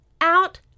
Out